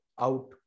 out